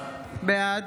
בעד